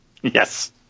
Yes